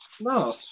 No